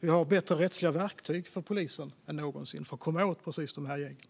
Vi har också bättre rättsliga verktyg för polisen än någonsin för att komma åt de här gängen.